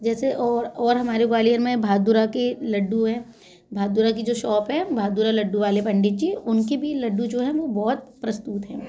जैसे और और हमारे ग्वालियर में भागदुरा के लड्डू है भागदुरा की जो शॉप है भागदुरा लड्डू वाले पंडित जी उनकी भी लड्डू जो है वो बहुत है